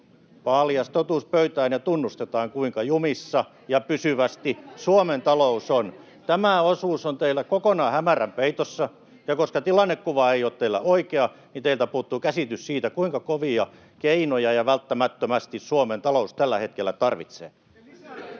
paljas totuus pöytään ja tunnustetaan, kuinka jumissa ja pysyvästi Suomen talous on. Tämä osuus on teillä kokonaan hämärän peitossa. Ja koska tilannekuva ei ole teillä oikea, niin teiltä puuttuu käsitys siitä, kuinka kovia keinoja välttämättömästi Suomen talous tällä hetkellä tarvitsee.